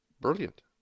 Brilliant